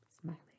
smiling